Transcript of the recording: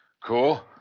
Cool